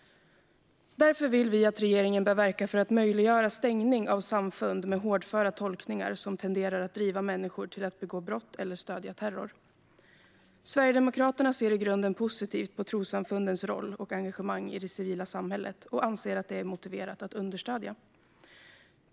Därför vill vi att regeringen verkar för att möjliggöra stängning av samfund med hårdföra tolkningar som tenderar att driva människor till att begå brott eller stödja terror. Sverigedemokraterna ser i grunden positivt på trossamfundens roll och engagemang i det civila samhället och anser att det är motiverat att understödja detta.